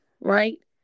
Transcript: right